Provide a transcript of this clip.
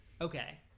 Okay